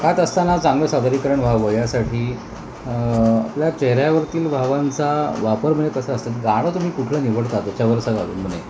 गात असताना चांगलं सादरीकरण व्हावं यासाठी आपल्या चेहऱ्यावरतील भावांचा वापर म्हणजे कसं असतात गाणं तुम्ही कुठलं निवडता त्याच्यावर सगळं अवलंबून आहे